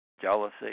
jealousy